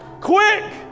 quick